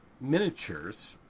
miniatures